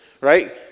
Right